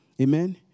Amen